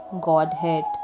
Godhead